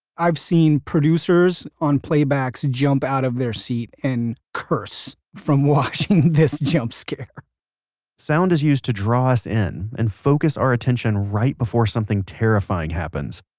i've seen producers on playbacks jump out of their seat and curse from watching this jump scare sound is used to draw us in and focus our attention right before something terrifying happens.